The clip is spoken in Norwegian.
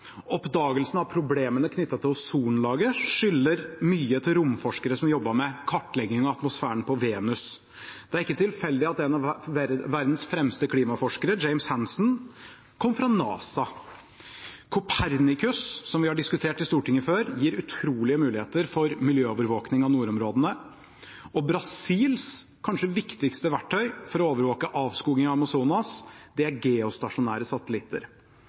Oppdagelsen av problemene knyttet til ozonlaget skyldes mye romforskere som jobbet med kartlegging av atmosfæren på Venus. Det er ikke tilfeldig at en av verdens fremste klimaforskere, James Hansen, kom fra NASA. Copernicus, som vi har diskutert i Stortinget før, gir utrolige muligheter for miljøovervåkning av nordområdene, og Brasils kanskje viktigste verktøy for å overvåke avskoging av Amazonas er geostasjonære satellitter.